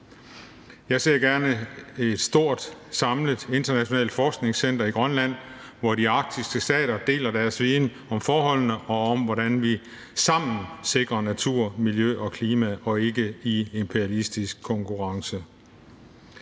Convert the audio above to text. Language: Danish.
Jeg ser gerne et stort samlet internationalt forskningscenter i Grønland, hvor de arktiske stater deler deres viden om forholdene og om, hvordan vi sammen sikrer natur, miljø og klima – og ikke i imperialistisk konkurrence.